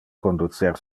conducer